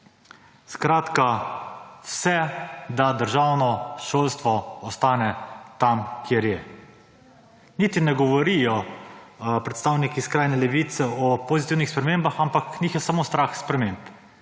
Skratka, vse, da državno šolstvo ostane tam, kjer je. Niti ne govorijo predstavniki skrajne levice o pozitivnih spremembah, ampak njih je samo strah sprememb,